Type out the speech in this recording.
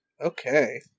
Okay